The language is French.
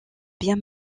bien